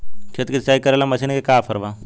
खेत के सिंचाई करेला मशीन के का ऑफर बा?